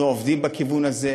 אנחנו עובדים בכיוון הזה.